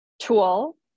tool